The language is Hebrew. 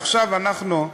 עכשיו אנחנו,